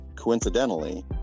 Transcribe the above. coincidentally